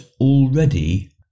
already